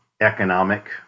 economic